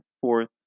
fourth